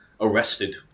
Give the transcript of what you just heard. arrested